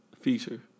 feature